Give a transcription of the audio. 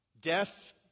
Death